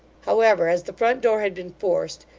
however, as the front-door had been forced,